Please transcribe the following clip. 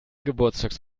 geburtstags